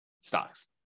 stocks